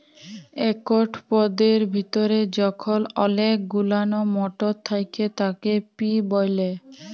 একট পদের ভিতরে যখল অলেক গুলান মটর থ্যাকে তাকে পি ব্যলে